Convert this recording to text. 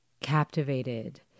captivated